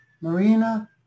Marina